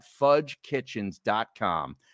fudgekitchens.com